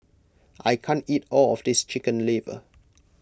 I can't eat all of this Chicken Liver